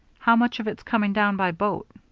how much of it's coming down by boat?